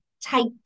take